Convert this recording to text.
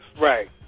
Right